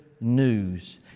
news